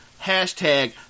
hashtag